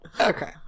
Okay